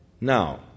Now